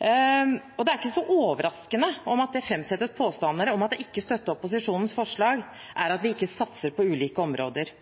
Det er ikke så overraskende at det framsettes påstander om at det å ikke støtte opposisjonens forslag betyr at vi ikke satser på ulike områder.